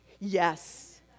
Yes